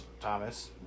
Thomas